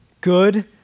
good